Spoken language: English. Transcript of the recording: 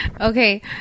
Okay